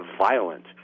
violent